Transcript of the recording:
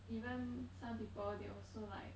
even some people they also like